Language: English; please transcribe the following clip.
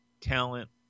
talent